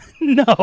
No